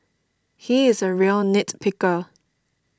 he is a real nit picker